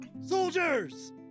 Soldiers